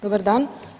Dobar dan.